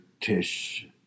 Tish